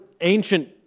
ancient